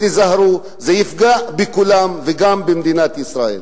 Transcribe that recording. תיזהרו, זה יפגע בכולם, וגם במדינת ישראל.